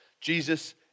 Jesus